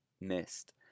missed